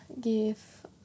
give